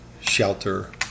shelter